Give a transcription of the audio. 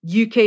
UK